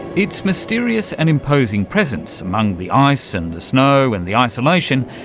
its mysterious and imposing presence, among the ice and the snow and the isolation,